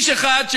איש אחד,